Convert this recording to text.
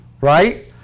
Right